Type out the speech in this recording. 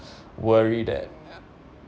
worry that